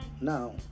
Now